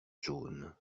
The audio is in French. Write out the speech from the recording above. jaune